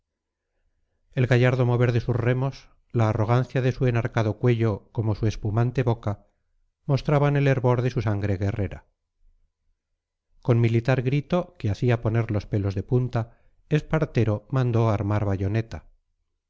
el gallardo mover de sus remos la arrogancia de su enarcado cuello como su espumante boca mostraban el hervor de su sangre guerrera con militar grito que hacía poner los pelos de punta espartero mandó armar bayoneta